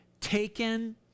taken